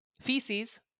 Feces